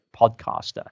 podcaster